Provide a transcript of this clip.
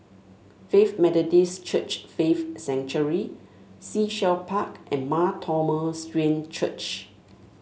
Faith Methodist Church Faith Sanctuary Sea Shell Park and Mar Thoma Syrian Church